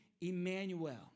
Emmanuel